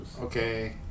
Okay